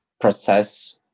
process